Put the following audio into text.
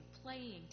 playing